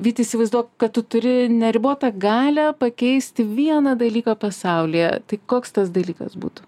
vyti įsivaizduok kad tu turi neribotą galią pakeisti vieną dalyką pasaulyje tai koks tas dalykas būtų